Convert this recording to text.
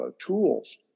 tools